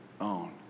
own